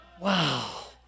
Wow